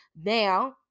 Now